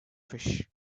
fish